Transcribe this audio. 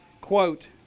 quote